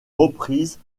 reprises